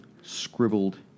scribbled